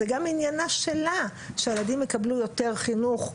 זה גם עניינה שלה שהילדים יקבלו יותר חינוך,